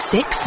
Six